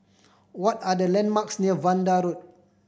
what are the landmarks near Vanda Road